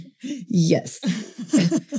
Yes